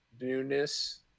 newness